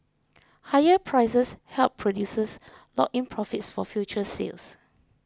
higher prices help producers lock in profits for future sales